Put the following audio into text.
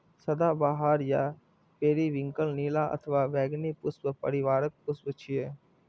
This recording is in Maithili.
सदाबहार या पेरिविंकल नीला अथवा बैंगनी पुष्प परिवारक पुष्प छियै